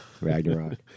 Ragnarok